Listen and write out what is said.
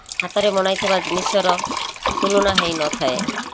ହାତରେ ବନାଇଥିବା ଜିନିଷର ତୁଳନା ହୋଇନଥାଏ